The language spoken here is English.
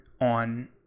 on